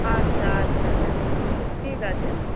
আচ্ছা আচ্ছা ম্যাম ঠিক আছে ম্যাম